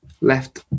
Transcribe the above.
left